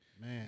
Man